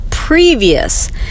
Previous